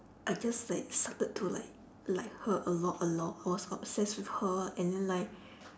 I just like started to like like her a lot a lot I was like obsessed with her and then like